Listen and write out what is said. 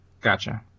Gotcha